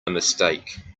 mistake